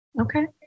Okay